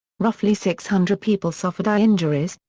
roughly six hundred people suffered eye injuries,